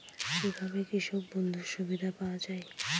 কি ভাবে কৃষক বন্ধুর সুবিধা পাওয়া য়ায়?